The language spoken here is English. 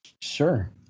Sure